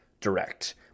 direct